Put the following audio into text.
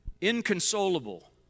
inconsolable